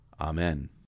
Amen